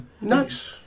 Nice